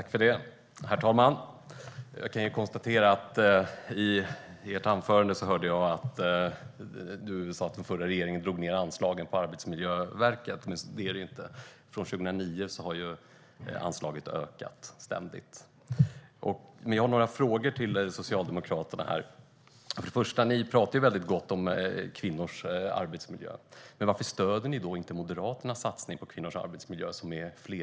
Herr talman! Jag kan konstatera att jag i Magnus Manhammars anförande kunde höra att den förra regeringen sänkte anslaget till Arbetsmiljöverket. Så är det inte. Från 2009 har anslaget ständigt ökat. Jag har några frågor till Socialdemokraterna. Ni pratar gott om kvinnors arbetsmiljö, men varför stöder ni inte Moderaternas fleråriga satsning på kvinnors arbetsmiljö?